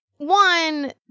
One